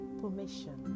permission